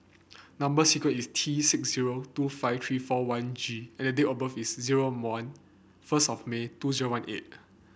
number sequence is T six zero two five three four one G and the date of birth is zero one first of May two zero one eight